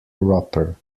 roper